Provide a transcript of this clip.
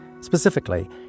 Specifically